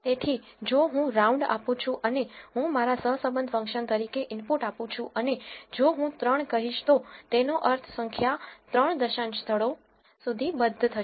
તેથી જો હું રાઉન્ડ આપું છું અને હું મારા સહસંબંધ ફંક્શન તરીકે ઇનપુટ આપું છું અને જો હું 3 કહીશ તો તેનો અર્થ સંખ્યા 3 દશાંશ સ્થળો સુધી બદ્ધ થશે